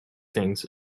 things